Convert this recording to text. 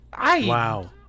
Wow